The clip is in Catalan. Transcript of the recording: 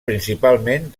principalment